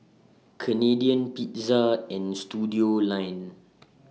Canadian Pizza and Studioline